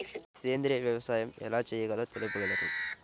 సేంద్రీయ వ్యవసాయం ఎలా చేయాలో తెలుపగలరు?